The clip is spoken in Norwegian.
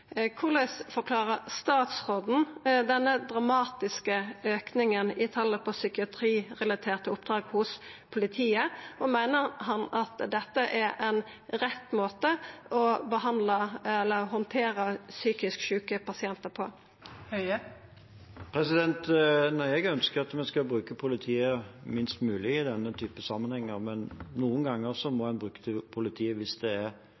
forklarer statsråden denne dramatiske auken i talet på psykiatrirelaterte oppdrag hos politiet? Og meiner han at dette er ein rett måte å handtera psykisk sjuke pasientar på? Jeg ønsker at vi skal bruke politiet minst mulig i denne typen sammenhenger, men noen ganger må en bruke politiet hvis en er i situasjoner der mennesker er til fare for andre. Det er